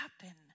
happen